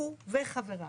הוא וחבריו.